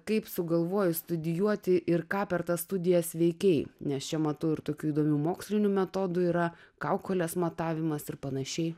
kaip sugalvojai studijuoti ir ką per tas studijas veikei nes čia matau ir tokių įdomių mokslinių metodų yra kaukolės matavimas ir pan